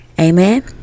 Amen